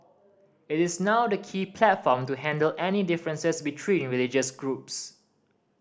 it is now the key platform to handle any differences between religious groups